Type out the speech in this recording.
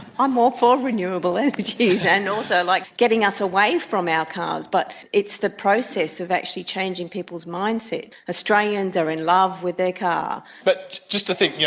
um all for renewable and energies, and also like getting us away from our cars, but it's the process of actually changing people's mindset. australians are in love with their car. but, just think, yeah